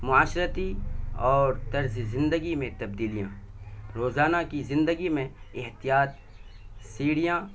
معاشرتی اور طرز زندگی میں تبدیلیاں روزانہ کی زندگی میں احتیاط سیڑھیاں